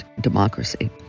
democracy